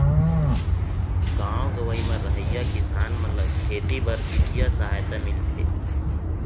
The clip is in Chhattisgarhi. गॉव गँवई म रहवइया किसान मन ल खेती बर बित्तीय सहायता मिलथे